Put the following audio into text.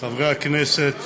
חברי הכנסת,